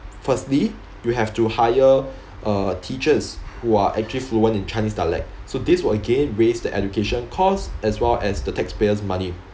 firstly you have to hire uh teachers who are actually fluent in chinese dialect so this will again raise the education costs as well as the taxpayers' money